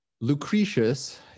Lucretius